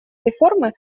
реформы